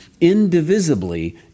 indivisibly